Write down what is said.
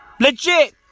Legit